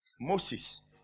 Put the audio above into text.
Moses